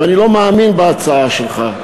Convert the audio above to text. אני לא מאמין בהצעה שלך.